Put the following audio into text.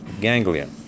ganglia